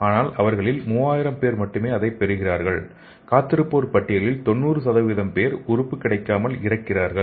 ஆனால் அவர்களில் 3000 பேர் மட்டுமே அதைப் பெறுகிறார்கள் காத்திருப்போர் பட்டியலில் 90 பேர் உறுப்பு கிடைக்காமல் இறக்கின்றனர்